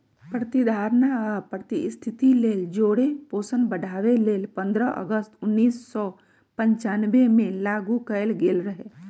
प्रतिधारणा आ उपस्थिति लेल जौरे पोषण बढ़ाबे लेल पंडह अगस्त उनइस सौ पञ्चानबेमें लागू कएल गेल रहै